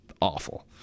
awful